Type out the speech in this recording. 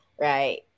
Right